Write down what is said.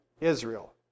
Israel